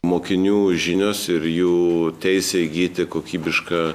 mokinių žinios ir jų teisė įgyti kokybišką